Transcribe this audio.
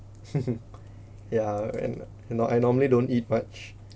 yeah and you know I normally don't eat much